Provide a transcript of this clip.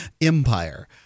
Empire